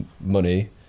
money